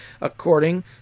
according